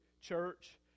church